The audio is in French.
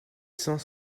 cent